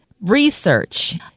research